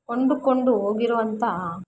ಕೊಂಡುಕೊಂಡು ಹೋಗಿರುವಂತಾ